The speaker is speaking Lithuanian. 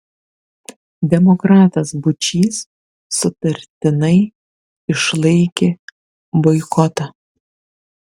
demokratas būčys sutartinai išlaikė boikotą